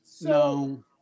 No